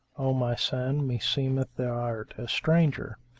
o my son, meseemeth thou art a stranger?